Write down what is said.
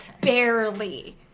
barely